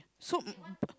so um